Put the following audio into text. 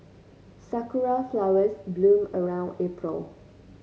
sakura flowers bloom around April